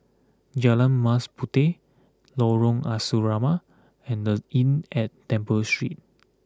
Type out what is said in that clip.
Jalan Mas Puteh Lorong Asrama and The Inn at Temple Street